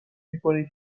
میکنی